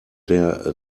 der